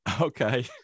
Okay